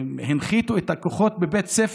הנחיתו את הכוחות בבית ספר,